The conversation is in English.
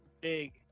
big